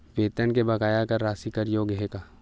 वेतन के बकाया कर राशि कर योग्य हे का?